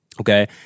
okay